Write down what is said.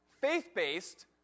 faith-based